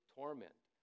torment